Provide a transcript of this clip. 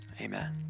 Amen